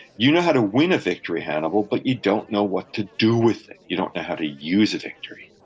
you know how to win a victory, hannibal, but you don't know what to do with it. you don't know how to use a victory.